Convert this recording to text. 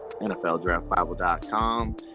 nfldraftbible.com